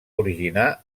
originar